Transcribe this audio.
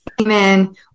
Amen